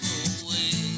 away